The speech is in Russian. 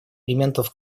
элементов